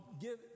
give